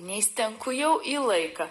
neįsitenku jau į laiką